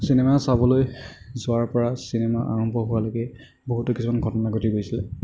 cinema চাবলৈ যোৱাৰপৰা cinema আৰম্ভ হোৱালৈকে বহুতো কিছুমান ঘটনা ঘটি গৈছিলে